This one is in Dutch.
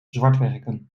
zwartwerken